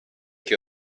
che